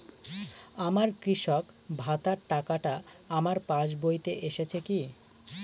আমার কৃষক ভাতার টাকাটা আমার পাসবইতে এসেছে কি?